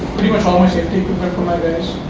pretty much all my safety equipment for my guys